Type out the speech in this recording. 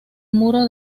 muro